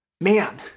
man